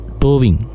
towing